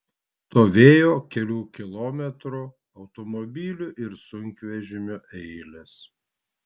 stovėjo kelių kilometrų automobilių ir sunkvežimių eilės